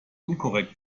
unkonkret